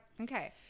okay